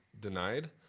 denied